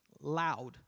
loud